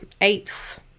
Eighth